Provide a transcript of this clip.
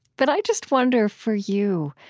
but i just wonder, for you,